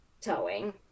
towing